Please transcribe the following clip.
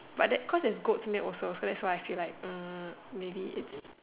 but that cause it's goat milk also so that's why I feel like maybe is